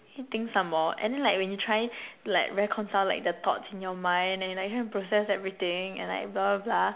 you think some more and then like when you try like reconcile like the thoughts in your mind and then you like process everything and like blah blah blah